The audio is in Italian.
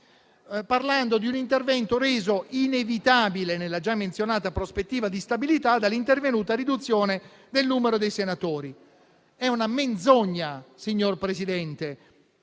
parlando di un intervento reso inevitabile, nella già menzionata prospettiva di stabilità, dall'intervenuta riduzione del numero dei senatori. È una menzogna, signor Presidente,